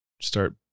Start